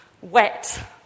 Wet